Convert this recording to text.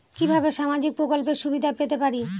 কিভাবে সামাজিক প্রকল্পের সুবিধা পেতে পারি?